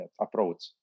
approach